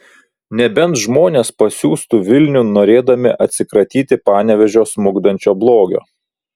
nebent žmonės pasiųstų vilniun norėdami atsikratyti panevėžio smukdančio blogio